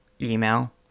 email